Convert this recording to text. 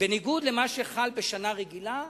בניגוד למה שחל בשנה רגילה,